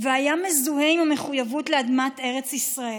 והיה מזוהה עם המחויבות לאדמת ארץ ישראל.